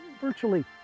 virtually